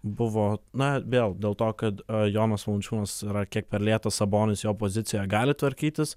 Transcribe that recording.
buvo na vėl dėl to kad jonas valančiūnas yra kiek per lėtas sabonis jo pozicijoje gali tvarkytis